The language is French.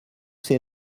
ses